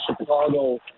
chicago